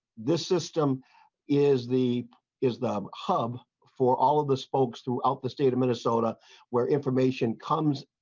the system is the is the hub for all of the spokes throughout the state of minnesota where information comes.